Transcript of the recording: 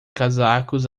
casacos